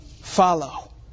follow